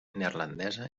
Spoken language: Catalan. neerlandesa